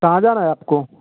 कहाँ जाना है आपको